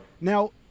now